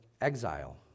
exile